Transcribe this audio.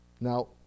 Now